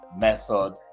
method